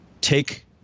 take